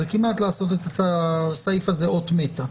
זה כמעט לעשות את הסעיף הזה כאות מתה.